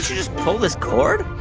just pull this cord?